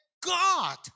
God